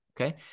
Okay